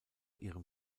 ihrem